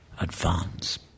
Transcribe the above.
advance